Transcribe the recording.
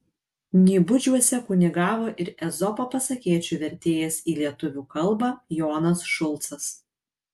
nybudžiuose kunigavo ir ezopo pasakėčių vertėjas į lietuvių kalbą jonas šulcas